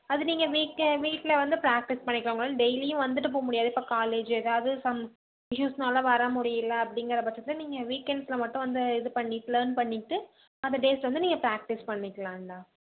அது நீங்கள் வீட்டில் வீட்டில் வந்து ப்ராக்டிஸ் பண்ணிக்கிறவங்களால் டெய்லியும் வந்துட்டு போக முடியாது இப்போ காலேஜ்ஜு ஏதாவது சம் இஷ்யூஸ்னால் வர முடியல அப்படிங்கற பட்சத்தில் நீங்கள் வீக்கெண்ட்ஸ்சில் மட்டும் வந்து இது பண்ணி லேர்ன் பண்ணிக்கிட்டு அந்த டேஸ் வந்து நீங்கள் ப்ராக்டிஸ் பண்ணிக்கலாம்டா